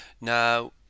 now